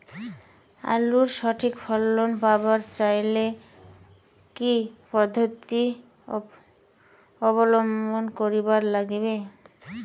আলুর সঠিক ফলন পাবার চাইলে কি কি পদ্ধতি অবলম্বন করিবার লাগবে?